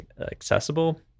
accessible